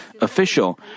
official